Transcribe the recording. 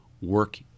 work